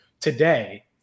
today